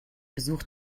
besuch